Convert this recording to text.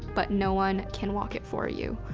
but no one can walk it for you,